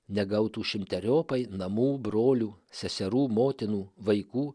negautų šimteriopai namų brolių seserų motinų vaikų